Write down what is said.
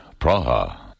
Praha